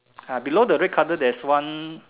ah below the red color there's one